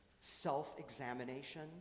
self-examination